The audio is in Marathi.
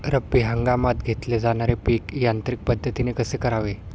रब्बी हंगामात घेतले जाणारे पीक यांत्रिक पद्धतीने कसे करावे?